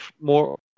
more